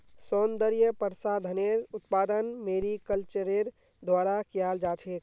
सौन्दर्य प्रसाधनेर उत्पादन मैरीकल्चरेर द्वारा कियाल जा छेक